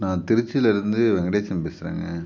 நான் திருச்சிலிருந்து வெங்கடேசன் பேசுகிறேங்க